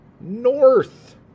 North